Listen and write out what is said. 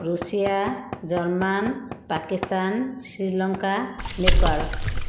Russia German Pakistan Sri Lanka Nepal